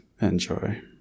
enjoy